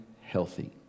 healthy